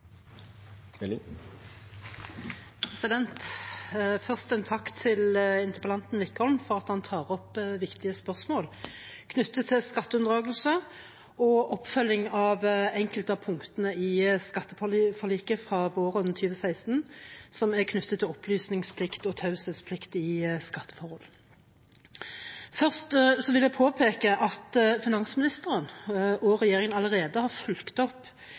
oppfølging av enkelte av punktene i skatteforliket fra våren 2016 som er knyttet til opplysningsplikt og taushetsplikt i skatteforhold. Først vil jeg påpeke at finansministeren og regjeringen allerede har fulgt opp